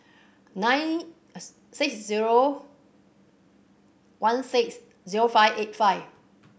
nine six zero one six zero five eight five